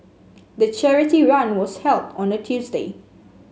the charity run was held on a Tuesday